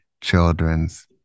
children's